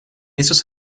esos